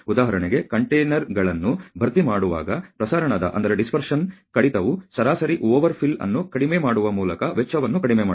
ಉದಾಹರಣೆಗೆ ಕಂಟೇನರ್ಗಳನ್ನು ಭರ್ತಿ ಮಾಡುವಾಗ ಪ್ರಸರಣದ ಕಡಿತವು ಸರಾಸರಿ ಓವರ್ಫಿಲ್ ಅನ್ನು ಕಡಿಮೆ ಮಾಡುವ ಮೂಲಕ ವೆಚ್ಚವನ್ನು ಕಡಿಮೆ ಮಾಡುತ್ತದೆ